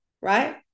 right